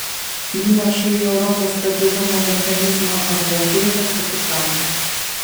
įnašai į europos stabilumo mechanizmo apmokėtą kapitalą